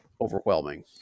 overwhelming